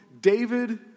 David